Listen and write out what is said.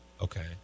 Okay